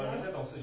no